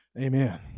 Amen